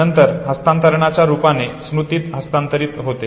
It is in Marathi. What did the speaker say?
नंतर हस्तांतरणाच्या रूपाने स्मृतीत हस्तांतरित होते